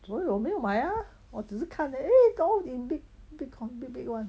昨天我有没有买啊我只是看 eh 高 and big big co~ big big [one]